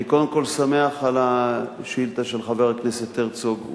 אני קודם כול שמח על השאילתא של חבר הכנסת הרצוג.